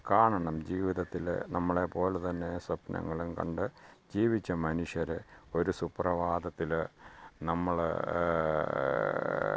കാണണം ജീവിതത്തില് നമ്മളെ പോലെ തന്നെ സ്വപ്നങ്ങളും കണ്ട് ജീവിച്ച മനുഷ്യര് ഒരു സുപ്രഭാതത്തില് നമ്മള്